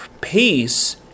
peace